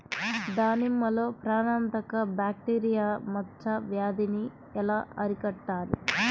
దానిమ్మలో ప్రాణాంతక బ్యాక్టీరియా మచ్చ వ్యాధినీ ఎలా అరికట్టాలి?